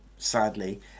sadly